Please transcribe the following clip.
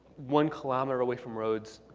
one kilometer away from roads